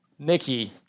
Nikki